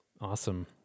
awesome